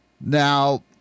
now